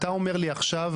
אתה אומר לי עכשיו,